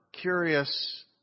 curious